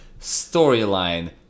storyline